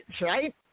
right